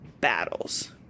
battles